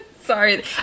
sorry